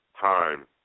time